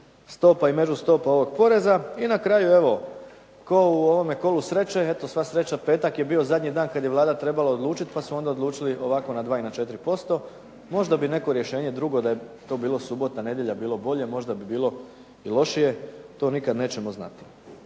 stopa i međustopa ovog poreza i na kraju, evo kao u ovome kolu sreće, eto sva sreća petak je bio zadnji dan kad je Vlada trebala odlučiti pa su onda odlučili ovako na 2 i na 4%. Možda bi neko rješenje drugo da je to bilo subota, nedjelja bilo bolje, možda bi bilo i lošije, to nikad nećemo znati.